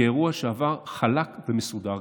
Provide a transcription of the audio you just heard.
כאירוע חלק ומסודר,